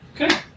Okay